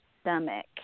stomach